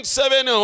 seven